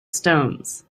stones